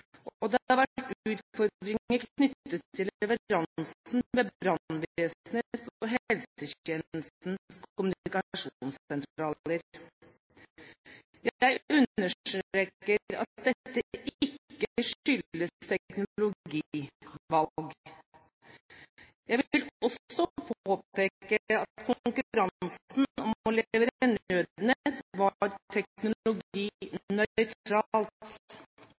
og det har vært utfordringer knyttet til leveransen ved brannvesenets og helsetjenestens kommunikasjonssentraler. Jeg understreker at dette ikke skyldes teknologivalg. Jeg vil også påpeke at konkurransen om å levere Nødnett var teknologinøytralt.